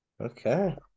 Okay